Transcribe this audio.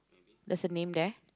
there's a name there